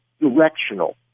directional